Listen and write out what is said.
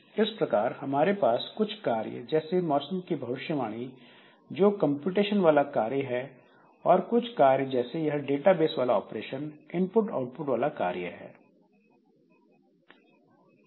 इस प्रकार हमारे पास कुछ कार्य जैसे मौसम की भविष्यवाणी जो कंप्यूटेशन वाला कार्य है और कुछ कार्य जैसे यह डाटा बेस वाला ऑपरेशन इनपुट आउटपुट वाला कार्य IO bound jobs है